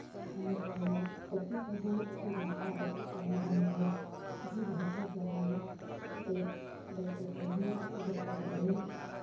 ᱟᱨ ᱱᱮᱛᱟᱨ ᱫᱚ ᱩᱛᱩ ᱠᱚᱦᱚᱸ ᱟᱲᱟᱜ ᱩᱛᱩ ᱠᱚᱦᱚᱸᱧ ᱜᱟᱱ ᱜᱮᱭᱟ ᱡᱤᱞ ᱦᱟᱹᱠᱩ ᱠᱚᱦᱚᱸ ᱪᱮ ᱞᱮᱴᱚ ᱠᱚᱦᱚᱸ ᱡᱚᱛᱚᱣᱟᱜ ᱜᱤᱧ